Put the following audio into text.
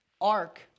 Ark